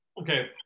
Okay